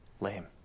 Lame